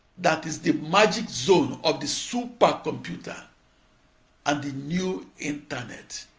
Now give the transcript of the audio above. that is the magic zone of the super computer and the new internet.